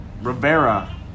Rivera